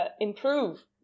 improve